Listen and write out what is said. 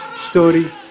story